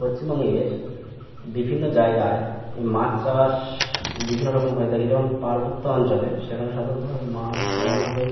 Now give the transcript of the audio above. পশ্চিমবঙ্গের বিভিন্ন জায়গায় এই মাছ চাষ বিভিন্ন রকম হয়ে থাকে যেমন পার্বত্য অঞ্চলে সেখানে সাধারণত ভাবে মাছ তেমনভাবে